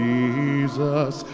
Jesus